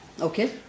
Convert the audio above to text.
Okay